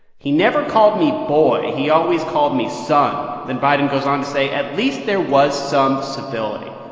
he never called me boy. he always called me son. then biden goes on to say, at least there was some civility.